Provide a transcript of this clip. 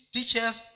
Teachers